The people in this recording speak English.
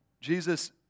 Jesus